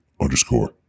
underscore